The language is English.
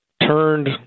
turned